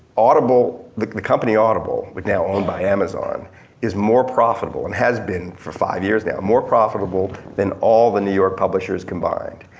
audible, the the company audible but now owned by amazon is more profitable and has been for five years now, more profitable then all the new york publishers combined.